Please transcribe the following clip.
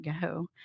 go